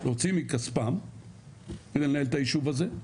להוציא מכספם כדי לנהל את היישוב הזה,